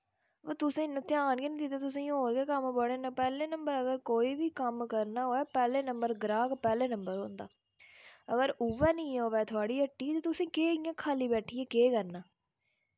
ब तुसें इन्ना ध्यान गै निं दित्ता तुसेंई होर गै कम्म बड़े न पैह्ले नंबर अगर कोई बी कम्म करना होऐ पैह्ले नंबर ग्राह्क पैह्ते नंबर औंदा अगर उ'ऐ निं अवै थुआढ़ी हट्टी ते तुसें केह् इ'यां खाल्ली बैठियै केह् करना